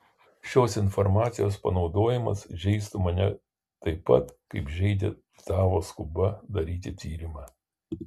šios informacijos panaudojimas žeistų mane taip pat kaip žeidė tavo skuba daryti tyrimą